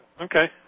Okay